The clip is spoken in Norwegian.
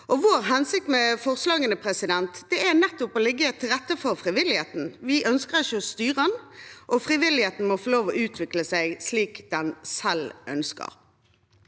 Vår hensikt med forslagene er nettopp å legge til rette for frivilligheten. Vi ønsker ikke å styre den. Frivilligheten må få lov til å utvikle seg slik den selv ønsker.